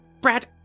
Brad